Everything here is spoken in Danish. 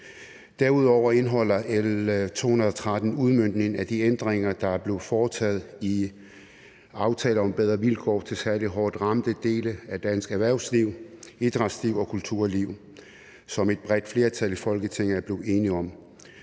Derudover indeholder L 213 en udmøntning af de ændringer, der blev foretaget i aftale om bedre vilkår til særligt hårdt ramte dele af dansk erhvervsliv, idrætsliv og kulturliv, som et bredt flertal i Folketinget er blevet enige om.